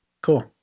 cool